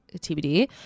TBD